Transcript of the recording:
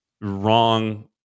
wrong